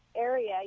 area